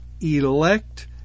elect